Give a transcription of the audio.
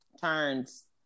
turns